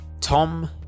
tom